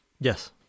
Yes